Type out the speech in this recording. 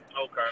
Okay